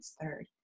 third